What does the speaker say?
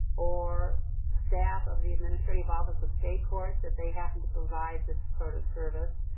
or staff of the administrative office of state courts, if they happen to provide this sort of service,